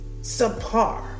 subpar